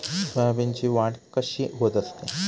सोयाबीनची वाढ कशी होत असते?